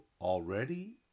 already